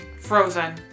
Frozen